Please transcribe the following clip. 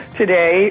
today